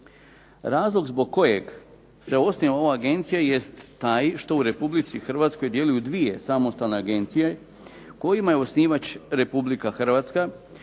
Razlog zbog kojeg se osniva ova agencija jest taj što u Republici Hrvatskoj djeluju dvije samostalne agencije kojima je osnivač Republika Hrvatska